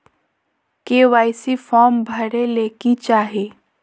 KYC form भरे ले कि चाही?